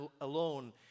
alone